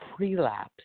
prelapse